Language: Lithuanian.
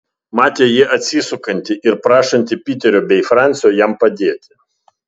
matė jį atsisukantį ir prašantį piterio bei francio jam padėti